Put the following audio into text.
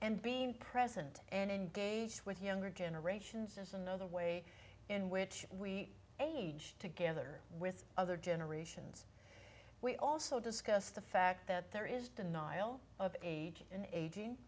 and being present and engaged with younger generations is another way in which we age together with other generations we also discussed the fact that there is denial of ag